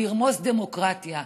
לרמוס דמוקרטיה,